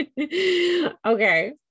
Okay